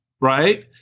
right